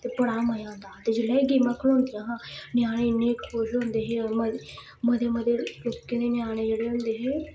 ते बड़ा मजा औंदा हा ते जेल्ले एह् गेमां खलोंदियां हा ञ्याणे इन्ने खुश होंदे हे होर मते मते लोकें दे ञ्याणे जेह्ड़े होंदे हे